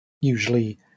usually